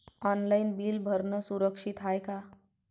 Online bill भरनं सुरक्षित हाय का?